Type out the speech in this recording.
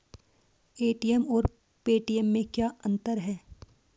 ATM और Paytm में क्या अंतर है?